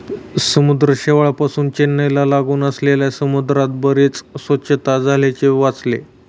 समुद्र शेवाळापासुन चेन्नईला लागून असलेल्या समुद्रात बरीच स्वच्छता झाल्याचे वाचले